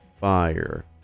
fire